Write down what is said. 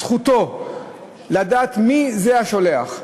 זכותו לדעת מי השולח.